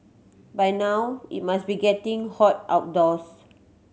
by now it must be getting hot outdoors